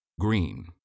Green